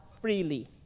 freely